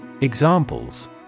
Examples